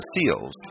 seals